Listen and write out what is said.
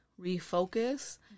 refocus